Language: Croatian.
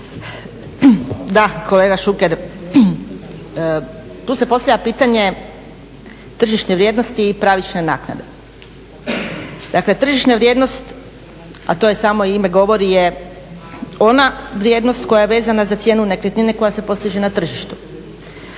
Da, kolega Šuker, tu se postavlja pitanje tržišne vrijednosti i pravične naknade. Dakle, tržišna vrijednost, a to i samo ime govori je ona vrijednost koja je vezana za cijenu nekretnine koja se postiže na tržištu,